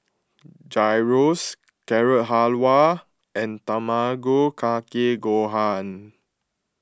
Gyros Carrot Halwa and Tamago Kake Gohan